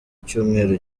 cyumweru